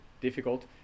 difficult